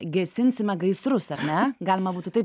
gesinsime gaisrus ar ne galima būtų taip